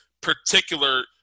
particular